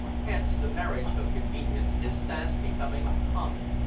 hence the marriage of convenience is fast becoming common,